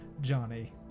Johnny